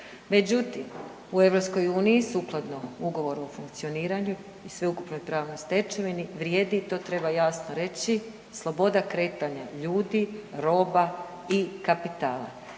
Međutim, u EU sukladno Ugovoru o funkcioniranju i sveukupnoj pravnoj stečevini, vrijedi i to treba jasno reći, sloboda kretanja ljudi, roba i kapitala.